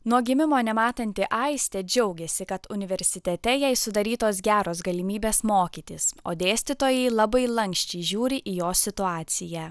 nuo gimimo nematanti aistė džiaugiasi kad universitete jai sudarytos geros galimybės mokytis o dėstytojai labai lanksčiai žiūri į jos situaciją